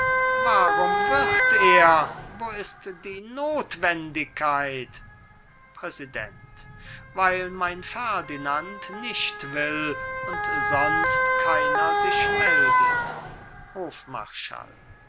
warum wird er wo ist die nothwendigkeit präsident weil mein ferdinand nicht will und sonst keiner sich meldet hofmarschall